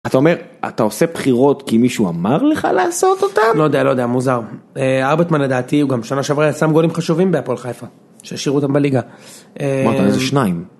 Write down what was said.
אתה אומר, אתה עושה בחירות כי מישהו אמר לך לעשות אותן? לא יודע, לא יודע, מוזר. ארבייטמן, לדעתי, הוא גם שנה שעברה שם גולים חשובים בהפועל חיפה. שהשאירו אותם בליגה. אמרת איזה שניים.